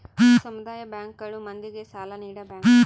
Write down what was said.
ಸಮುದಾಯ ಬ್ಯಾಂಕ್ ಗಳು ಮಂದಿಗೆ ಸಾಲ ನೀಡ ಬ್ಯಾಂಕ್